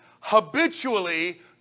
habitually